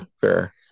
fair